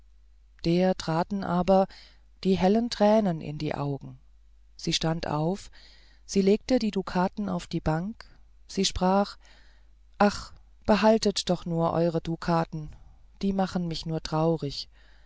der traten aber die hellen tränen in die augen sie stand auf sie legte die dukaten auf die bank sie sprach ach behaltet doch nur eure dukaten die machen mich nur traurig